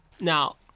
Now